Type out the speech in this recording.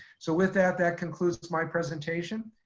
so with that, that concludes my presentation.